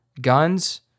guns